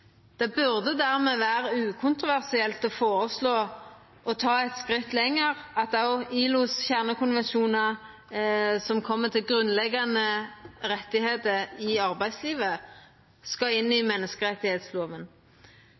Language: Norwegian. Det burde dermed vera ukontroversielt å føreslå å gå eit skritt lenger – at ILOs kjernekonvensjonar, som gjeld grunnleggjande rettar i arbeidslivet, skal inn i